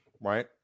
Right